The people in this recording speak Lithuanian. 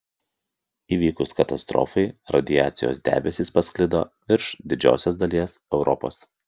įvykus katastrofai radiacijos debesys pasklido virš didžiosios dalies europos